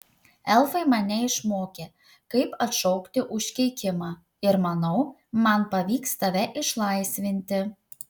elfai mane išmokė kaip atšaukti užkeikimą ir manau man pavyks tave išlaisvinti